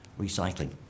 recycling